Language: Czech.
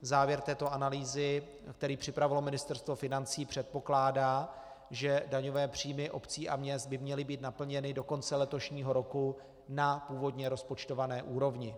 Závěr této analýzy, který připravilo Ministerstvo financí, předpokládá, že daňové příjmy měst a obcí by měly být naplněny do konce letošního roku na původně rozpočtované úrovni.